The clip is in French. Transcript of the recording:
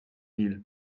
mille